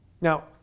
Now